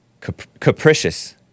Capricious